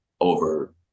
over